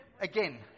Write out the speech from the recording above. again